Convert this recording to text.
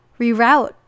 reroute